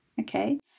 okay